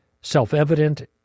self-evident